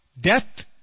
death